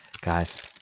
guys